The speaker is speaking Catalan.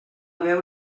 haver